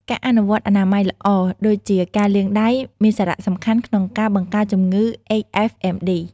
ការអនុវត្តអនាម័យល្អ ដូចជាការលាងដៃ មានសារៈសំខាន់ក្នុងការបង្ការជំងឺ HFMD ។